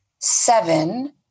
Seven